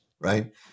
right